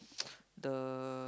the